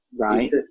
Right